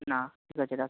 না ঠিক আছে রাখছি